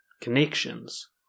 connections